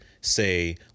say